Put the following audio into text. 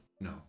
no